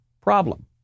problem